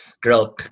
girl